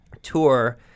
Tour